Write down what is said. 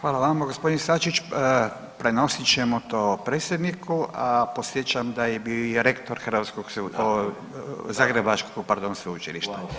Hvala vam gospodin Sačić, prenosit ćemo to predsjedniku, a podsjećam da je bio i rektor hrvatskog, zagrebačkog pardon sveučilišta.